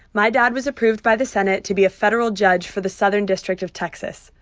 my dad was approved by the senate to be a federal judge for the southern district of texas.